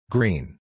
Green